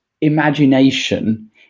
imagination